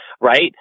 right